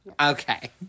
Okay